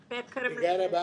--- היא גרה ברוטרדם.